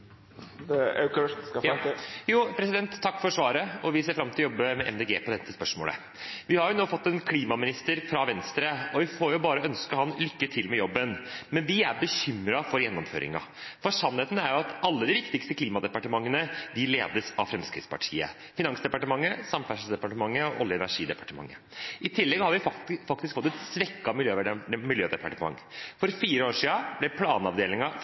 jo nå fått en klimaminister fra Venstre, og vi får bare ønske ham lykke til med jobben, men vi er bekymret for gjennomføringen. Sannheten er jo at alle de viktigste klimadepartementene ledes av Fremskrittspartiet: Finansdepartementet, Samferdselsdepartementet og Olje- og energidepartementet. I tillegg har vi faktisk fått et svekket miljødepartement. For fire år siden ble